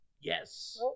Yes